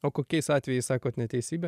o kokiais atvejais sakot neteisybę